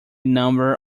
number